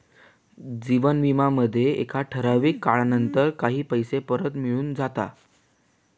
जीवन विमा मध्ये एका ठराविक काळानंतर काही पैसे परत मिळून जाता